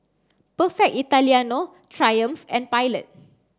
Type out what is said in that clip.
Perfect Italiano Triumph and Pilot